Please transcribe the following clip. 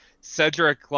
Cedric